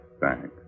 Thanks